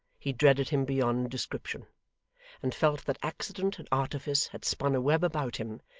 he dreaded him beyond description and felt that accident and artifice had spun a web about him,